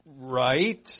Right